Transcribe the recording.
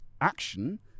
action